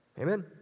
amen